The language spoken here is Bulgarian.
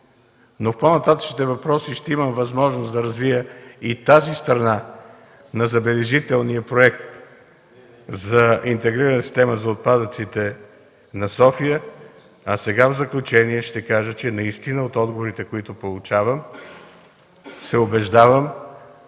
тон? В по-нататъшните въпроси ще имам възможност да развия и тази страна на забележителния проект за интегрирана система за отпадъците на София. Сега в заключение ще кажа, че от отговорите, които получавам, се убеждавам,